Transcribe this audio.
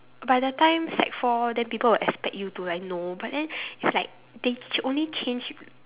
by the time sec four then people will expect you to like know but then it's like they only change